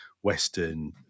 Western